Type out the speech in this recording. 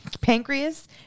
pancreas